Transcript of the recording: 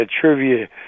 trivia